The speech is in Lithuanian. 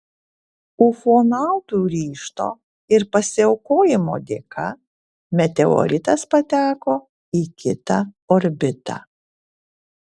ufonautų ryžto ir pasiaukojimo dėka meteoritas pateko į kitą orbitą